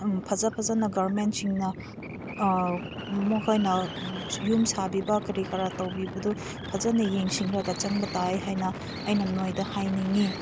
ꯐꯖ ꯐꯖꯅ ꯒꯣꯕꯔꯃꯦꯟꯁꯤꯡꯅ ꯃꯈꯣꯏꯅ ꯌꯨꯝ ꯁꯥꯕꯤꯕ ꯀꯔꯤ ꯀꯔꯥ ꯇꯧꯕꯤꯕꯗꯨ ꯐꯖꯅ ꯌꯦꯡꯁꯤꯟꯂꯒ ꯆꯪꯕ ꯇꯥꯏ ꯍꯥꯏꯅ ꯑꯩꯅ ꯅꯣꯏꯗ ꯍꯥꯏꯅꯤꯡꯉꯤ